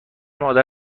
مادر